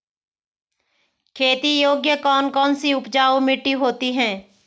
खेती योग्य कौन कौन सी उपजाऊ मिट्टी होती है?